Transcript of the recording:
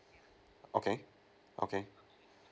okay okay